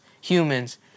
humans